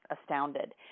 astounded